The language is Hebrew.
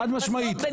חד משמעית,